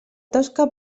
tosca